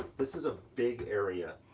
this is a big area.